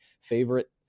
favorite